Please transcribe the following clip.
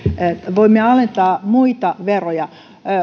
voimme alentaa muita veroja